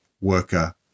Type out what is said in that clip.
worker